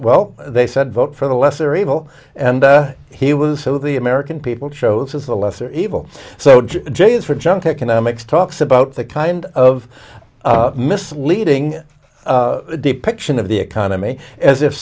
well they said vote for the lesser evil and he was so the american people chose is the lesser evil so james for junk economics talks about the kind of misleading depiction of the economy as if